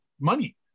money